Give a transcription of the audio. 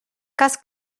cas